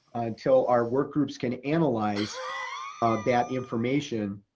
until our work groups can analyze that information